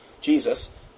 Jesus